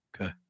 Okay